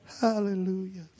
Hallelujah